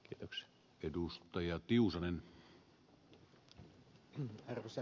arvoisa herra puhemies